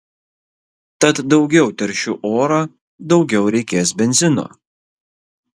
tad daugiau teršiu orą daugiau reikės benzino